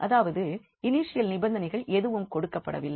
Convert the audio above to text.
அதாவது இனிஷியல் நிபந்தனைகள் எதுவும் கொடுக்கப்படவில்லை